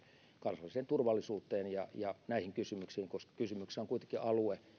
kansalliseen turvallisuuteen ja ja näihin kysymyksiin koska kysymyksessä on kuitenkin alue